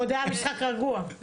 ועוד היה משחק רגוע.